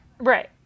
right